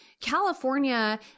California